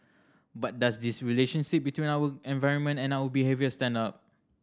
but does this relationship between our environment and our behaviour stand up